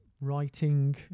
writing